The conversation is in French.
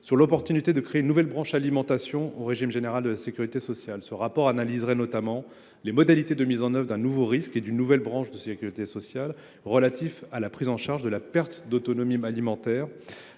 savoir l’opportunité de créer une nouvelle branche « alimentation » dans le régime général de la sécurité sociale. Ce rapport analyserait notamment les modalités de mise en œuvre d’un nouveau risque et d’une nouvelle branche de sécurité sociale relative à la prise en charge de la perte d’autonomie alimentaire